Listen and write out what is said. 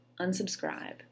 unsubscribe